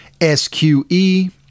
SQE